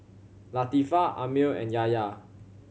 Latifa Ammir and Yahya